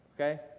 Okay